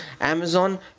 Amazon